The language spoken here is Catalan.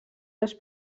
les